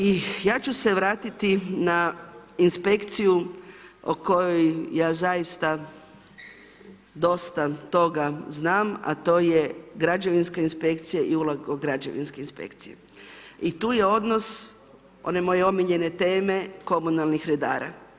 I ja ću se vratiti na inspekciju o kojoj ja zaista dosta toga znam, a to je građevinska inspekcija i uloga građevinske inspekcije, i tu je odnos one moje omiljene teme, komunalnih redara.